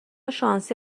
شانسی